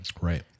Right